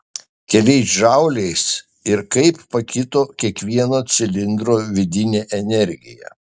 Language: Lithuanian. keliais džauliais ir kaip pakito kiekvieno cilindro vidinė energija